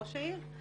ראש העיר.